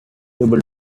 able